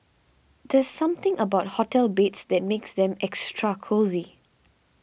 there's something about hotel beds that makes them extra cosy